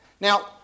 Now